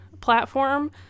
platform